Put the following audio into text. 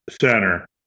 center